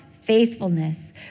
faithfulness